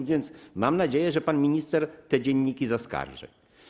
A więc mam nadzieję, że pan minister te dzienniki zaskarży.